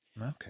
Okay